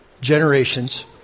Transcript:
generations